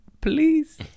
Please